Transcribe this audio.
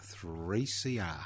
3CR